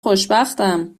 خوشبختم